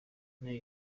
nayo